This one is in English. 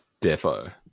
Defo